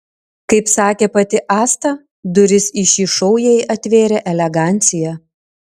kaip sakė pati asta duris į šį šou jai atvėrė elegancija